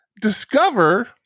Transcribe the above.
Discover